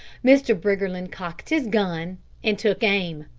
mr. briggerland cocked his gun and took aim.